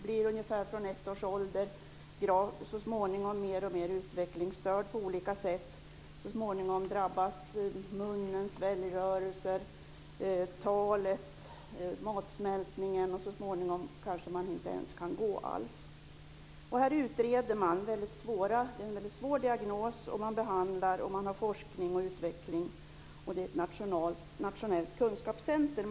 Från ungefär ett års ålder blir flickorna på olika sätt mer och mer utvecklingsstörda. Så småningom drabbas munnen, sväljrörelserna, talet och matsmältningen. Till slut kanske man inte ens kan gå. Vid centret utreds en mycket svårbedömd diagnos. Man behandlar och har forskning och utveckling. Det är ett nationellt kunskapscenter.